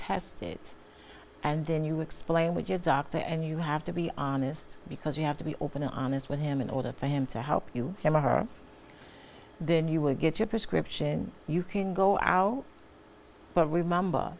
tested and then you explain with your doctor and you have to be honest because you have to be open and honest with him in order for him to help you him or her then you will get your prescription you can go out but remember